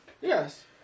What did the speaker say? Yes